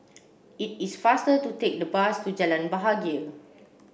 it is faster to take the bus to Jalan Bahagia